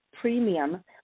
premium